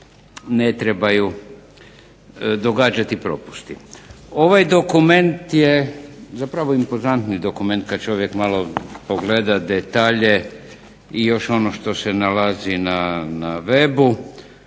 ne trebaju događati propusti. Ovaj dokument je zapravo impozantni dokument kad čovjek malo pogleda detalje i još ono što se nalazi na webu.